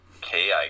ki